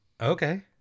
Okay